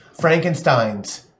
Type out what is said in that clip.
Frankensteins